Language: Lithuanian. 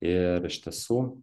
ir iš tiesų